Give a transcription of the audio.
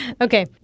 Okay